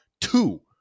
two